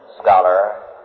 scholar